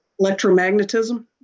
Electromagnetism